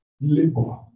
labor